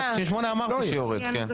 לך